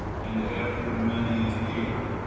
and, after many a year,